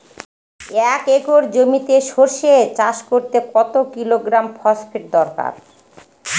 এক একর জমিতে সরষে চাষ করতে কত কিলোগ্রাম ফসফেট দরকার?